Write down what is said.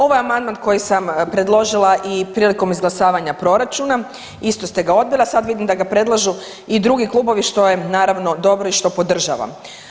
Ovaj amandman koji sam predložila i prilikom izglasavanja proračuna, isto ste ga odbili, a sad vidim da ga predlažu i drugi klubovi, što je naravno, dobro i što podržavam.